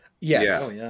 Yes